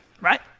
Right